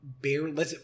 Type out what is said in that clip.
barely